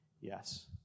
yes